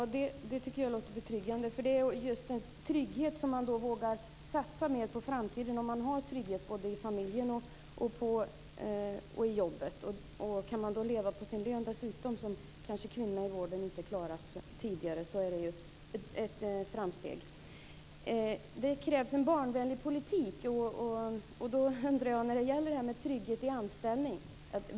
Fru talman! Det låter betryggande. Det handlar just om en trygghet. Man vågar satsa mer på framtiden om man har en trygghet både i familjen och på jobbet. Om kvinnorna i vården dessutom kan leva på sin lön, vilket de kanske inte har klarat tidigare, är det ju ett framsteg. Det krävs en barnvänlig politik, eftersom barnafödandet har minskat i Sverige.